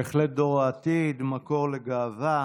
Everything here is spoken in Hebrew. בהחלט דור העתיד, מקור לגאווה.